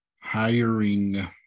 Hiring